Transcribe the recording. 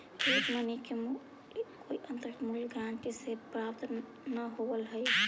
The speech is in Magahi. फिएट मनी के मूल्य कोई आंतरिक मूल्य गारंटी से प्राप्त न होवऽ हई